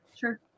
Sure